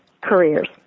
careers